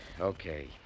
Okay